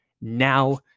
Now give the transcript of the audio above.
Now